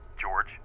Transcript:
George